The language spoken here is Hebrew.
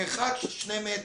מרחק של שני מטר,